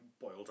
boiled